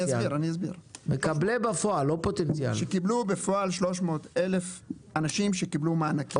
אני אסביר: שקיבלו בפועל 300,000 אנשים שקיבלו מענקים,